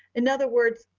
in other words,